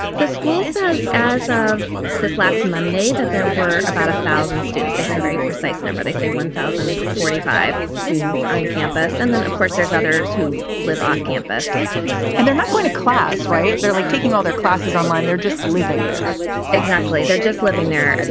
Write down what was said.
the school says as of. this last monday that there were about a thousand students, they have a very precise number, they say one thousand forty five students on campus, and then of course there's others who live off campus and they're not going to class right. they're like taking all their classes online. they're just living there exactly. they're just living there.